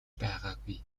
байгаагүй